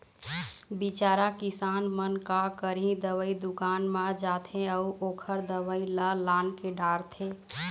बिचारा किसान मन का करही, दवई दुकान म जाथे अउ ओखर दवई ल लानके डारथे